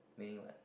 meaning what